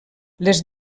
les